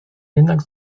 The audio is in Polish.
jednak